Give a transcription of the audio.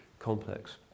complex